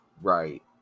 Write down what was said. Right